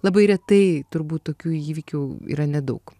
labai retai turbūt tokių įvykių yra nedaug